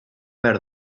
behar